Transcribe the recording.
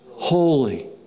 holy